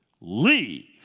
leave